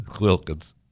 Wilkins